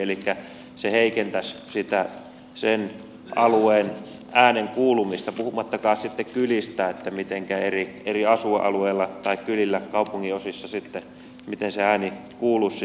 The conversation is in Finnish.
elikkä se heikentäisi sen alueen äänen kuulumista puhumattakaan sitten kylistä niin että mitenkä eri asuinalueilla tai kylillä kaupunginosissa sitten se ääni kuuluisi siinä päätöksenteossa